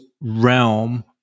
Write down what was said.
realm